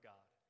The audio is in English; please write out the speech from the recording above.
God